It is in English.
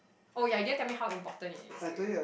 oh ya then tell me how important it is to you